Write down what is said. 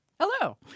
Hello